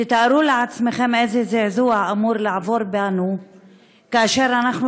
תתארו לעצמכם איזה זעזוע אמור לעבור בנו כאשר אנחנו